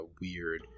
weird